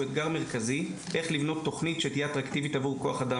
הוא אתגר מרכזי איך לבנות תכנית אטרקטיבית עבור כוח אדם.